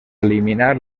eliminar